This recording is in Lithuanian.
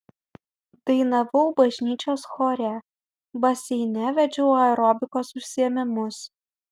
dainavau bažnyčios chore baseine vedžiau aerobikos užsiėmimus